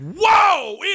Whoa